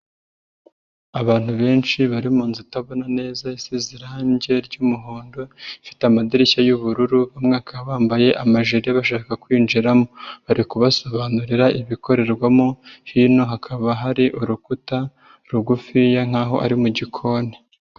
Abantu benshi bari mu nzu itabona neza isize irangi ry'umuhondo, ifite amadirishya y'ubururu bamwe bakaba bambaye amajiri bashaka kwinjiramo, bari kubasobanurira ibikorerwamo, hino hakaba hari urukuta rugufiya nkaho ari mu gikoni.